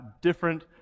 different